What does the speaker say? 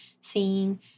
seeing